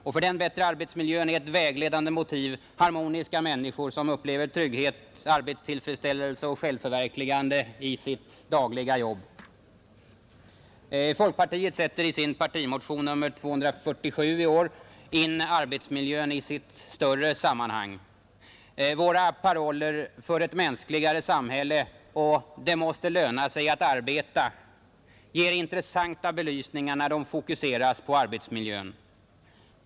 Och för en bättre arbetsmiljö är ett vägledande motiv harmoniska människor som upplever trygghet, arbetstillfredsställelse och självförverkligande i sitt dagliga jobb. Folkpartiet sätter i sin partimotion 247 i år in arbetsmiljön i sitt större sammanhang. Våra paroller ”För ett mänskligare samhälle” och ”Det måste löna sig att arbeta” ger intressanta belysningar när de fokuseras på arbetsmiljön.